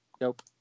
nope